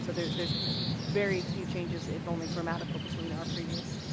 so there's there's very few changes if only grammatical between our previous